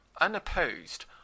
unopposed